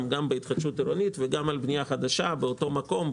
גם בהתחדשות עירונית וגם על בנייה חדשה באותו מקום,